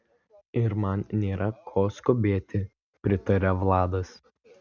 ir man nėra ko skubėti pritaria vladas